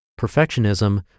perfectionism